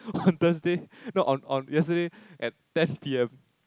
on Thursday no on on yesterday at ten p_m